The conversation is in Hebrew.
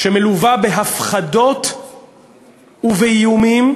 שמלווה בהפחדות ובאיומים,